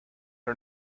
are